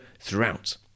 throughout